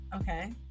Okay